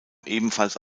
ebenfalls